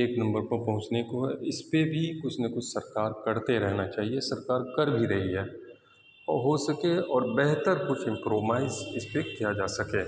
ایک نمبر پر پہنچنے کو ہے اس پہ بھی کچھ نہ کچھ سرکار کرتے رہنا چاہیے سرکار کر بھی رہی ہے اور ہو سکے اور بہتر کچھ امپرومائز اس پہ کیا جا سکے